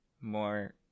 more